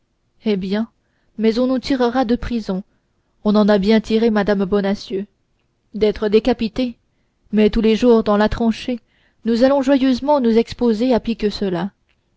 eh bien mais on nous tirera de prison on en a bien retiré mme bonacieux d'être décapités mais tous les jours dans la tranchée nous allons joyeusement nous exposer à pis que cela